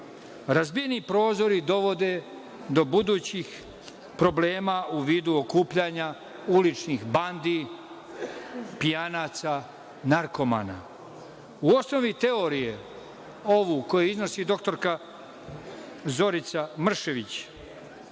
Razbijeni prozori dovode do budućih problema u vidu okupljanja uličnih bandi, pijanaca, narkomana. U osnovi teorije, ovu koju iznosi dr Zorica Mršević,